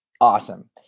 awesome